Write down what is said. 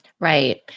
Right